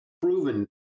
proven